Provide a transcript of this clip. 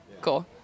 cool